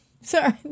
Sorry